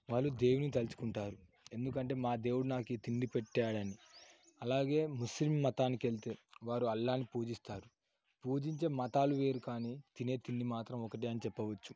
వాళ్ళు దేవుని తలచుకుంటారు ఎందుకంటే మా దేవుడు నాకు తిండి పెట్టాడని అలాగే ముస్లిం మతానికి వెళ్తే వారు అల్లాని పూజిస్తారు పూజించే మతాలు వేరు కానీ తినే తిండి మాత్రం ఒకటే అని చెప్పవచ్చు